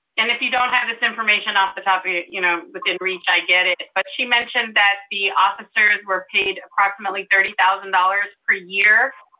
and if you don't have this information off the top of yeah your, you know within reach, i get it. but she mentioned that the officers were paid approximately thirty thousand dollars per year?